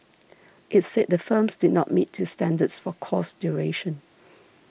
it said the firms did not meet its standards for course duration